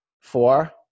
Four